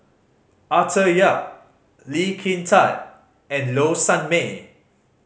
Arthur Yap Lee Kin Tat and Low Sanmay